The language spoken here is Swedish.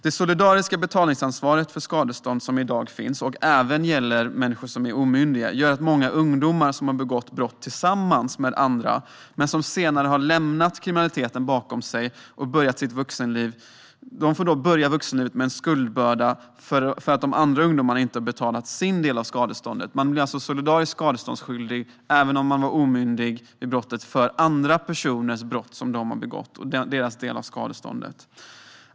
Det solidariska betalningsansvar för skadestånd som i dag finns, och som även gäller människor som är omyndiga, gör att många ungdomar som har begått brott tillsammans med andra men senare lämnat kriminaliteten bakom sig får börja sitt vuxenliv med en skuldbörda därför att de andra ungdomarna inte har betalat sin del av skadeståndet. Även om man vid tidpunkten för brottet var omyndig blir man alltså solidariskt skadeståndsskyldig för andra personers brott och deras del av skadeståndet.